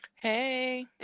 Hey